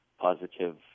positive